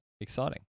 exciting